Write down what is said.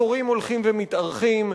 התורים הולכים ומתארכים,